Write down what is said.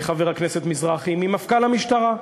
חבר הכנסת מזרחי, ממפכ"ל המשטרה.